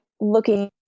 looking